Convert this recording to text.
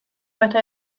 heute